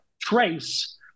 trace